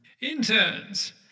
Interns